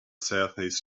southeast